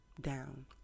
down